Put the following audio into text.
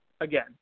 again